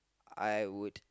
I would